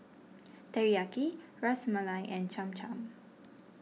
Teriyaki Ras Malai and Cham Cham